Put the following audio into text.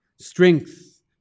strength